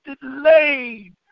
delayed